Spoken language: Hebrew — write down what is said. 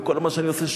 ועם כל מה שאני עושה,